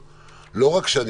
נשמע את דעתם,